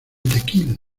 tequil